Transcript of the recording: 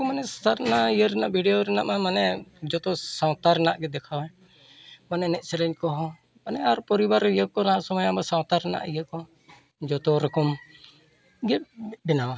ᱠᱚ ᱢᱟᱱᱮ ᱥᱟᱨᱱᱟ ᱤᱭᱟᱹᱨᱮᱱᱟᱜ ᱵᱷᱤᱰᱭᱳ ᱨᱮᱱᱟᱜ ᱢᱟ ᱢᱟᱱᱮ ᱡᱚᱛᱚ ᱥᱟᱶᱛᱟ ᱨᱮᱱᱟᱜ ᱜᱮ ᱫᱮᱠᱷᱟᱣᱟᱭ ᱢᱟᱱᱮ ᱮᱱᱮᱡ ᱥᱮᱨᱮᱧ ᱠᱚᱦᱚᱸ ᱢᱟᱱᱮ ᱯᱚᱨᱤᱵᱟᱨ ᱤᱭᱟᱹ ᱠᱚᱨᱮᱱᱟᱜ ᱤᱭᱟᱹ ᱠᱚᱨᱮᱱᱟᱜ ᱥᱚᱢᱚᱭ ᱟᱵᱚ ᱥᱟᱶᱛᱟ ᱨᱮᱱᱟᱜ ᱤᱭᱟᱹᱠᱚ ᱡᱚᱛᱚᱨᱚᱠᱚᱢ ᱜᱮᱭ ᱵᱮᱱᱟᱣᱟ